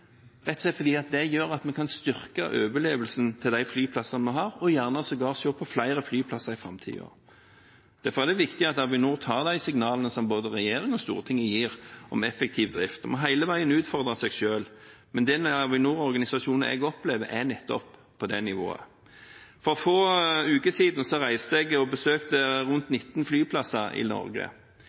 rett og slett fordi det gjør at vi kan styrke overlevelsen til de flyplassene vi har, og gjerne sågar se på flere flyplasser i framtiden. Derfor er det viktig at Avinor tar de signalene som både regjeringen og Stortinget gir om effektiv drift – og hele veien må utfordre seg selv. Den Avinor-organisasjonen jeg opplever, er nettopp på det nivået. For få uker siden reiste jeg og besøkt 19 flyplasser i Norge.